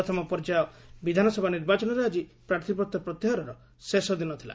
ପ୍ରଥମ ପର୍ଯ୍ୟାୟ ବିଧାନସଭା ନିର୍ବାଚନରେ ଆଜି ପ୍ରାର୍ଥୀପତ୍ର ପ୍ରତ୍ୟାହାରର ଶେଷଦିନ ଥିଲା